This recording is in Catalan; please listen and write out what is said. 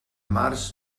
març